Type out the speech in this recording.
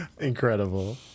Incredible